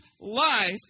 life